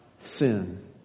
sin